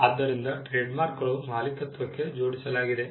ಆದ್ದರಿಂದ ಟ್ರೇಡ್ಮಾರ್ಕ್ಗಳನ್ನು ಮಾಲೀಕತ್ವಕ್ಕೆ ಜೋಡಿಸಲಾಗಿದೆ